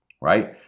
right